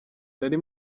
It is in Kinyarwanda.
nari